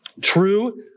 True